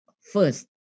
first